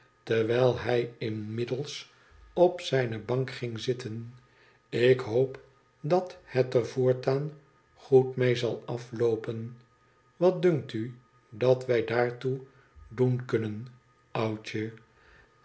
terwijl hij inmiddels op zijne bank ging zitten ik hoop dat het er voortaan goed mee zal afloopen wat dunkt u dat wij daartoe doen kunnen oudjer